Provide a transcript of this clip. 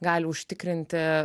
gali užtikrinti